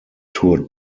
toured